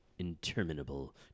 Interminable